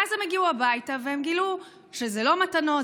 ואז הם הגיעו הביתה והם גילו שאלו לא מתנות,